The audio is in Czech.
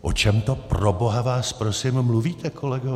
O čem to, proboha vás prosím, mluvíte, kolegové?